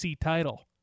title